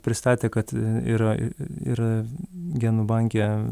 pristatė kad yra ir genų banke